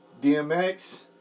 dmx